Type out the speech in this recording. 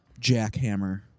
jackhammer